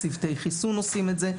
צוותי חיסון עושים את זה,